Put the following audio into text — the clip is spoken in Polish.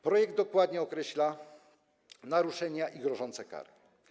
Projekt dokładnie określa naruszenia i grożące kary.